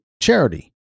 charity